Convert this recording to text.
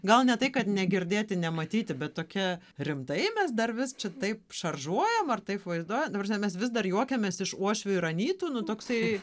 gal ne tai kad negirdėti nematyti bet tokie rimtai mes dar vis čia taip šaržuojam ar taip vaizduoja ta prasme mes vis dar juokiamės iš uošvių ir anytų nu toksai